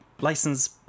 license